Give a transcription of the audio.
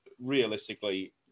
realistically